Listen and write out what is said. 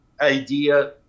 idea